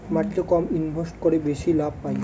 মাটিতে কম ইনভেস্ট করে বেশি লাভ পাই